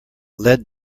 led